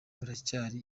buracyari